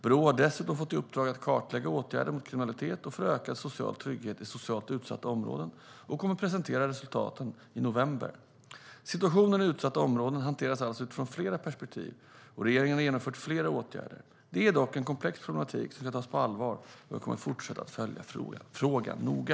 Brå har dessutom fått i uppdrag att kartlägga åtgärder mot kriminalitet och för ökad trygghet i socialt utsatta områden och kommer att presentera resultaten i november. Situationen i utsatta områden hanteras alltså utifrån flera perspektiv, och regeringen har genomfört flera åtgärder. Detta är dock en komplex problematik som ska tas på allvar, och jag kommer att fortsätta följa frågan noga.